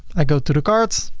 i go to the cart